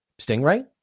stingray